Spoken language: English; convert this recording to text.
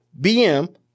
BM